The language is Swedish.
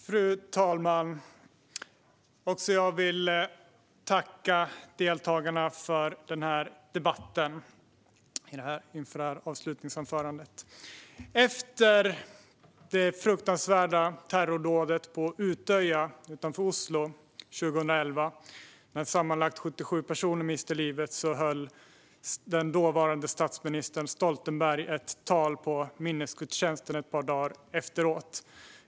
Fru talman! Också jag vill tacka deltagarna för den här debatten. Efter det fruktansvärda terrordådet på Utøya utanför Oslo 2011, då sammanlagt 77 personer miste livet, höll den dåvarande statsministern Stoltenberg ett tal på minnesgudstjänsten.